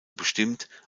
bestimmt